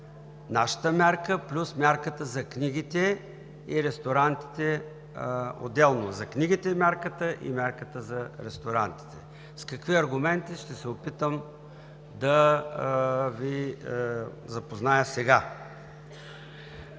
нашата мярка плюс мярката за книгите и ресторантите – отделно мярката за книгите и мярката за ресторантите. С какви аргументи – ще се опитам да Ви запозная сега.